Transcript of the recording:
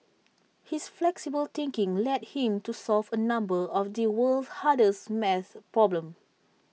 his flexible thinking led him to solve A number of the world's hardest math problems